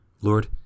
Lord